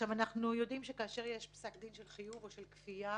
אנחנו יודעים שכאשר יש פסק דין של חיוב או של כפייה,